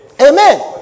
Amen